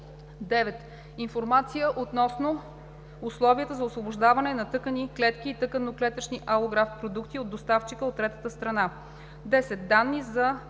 9. информация относно условията за освобождаване на тъкани, клетки и тъканно-клетъчни алографт продукти от доставчика от третата страна; 10. данни за